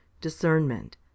discernment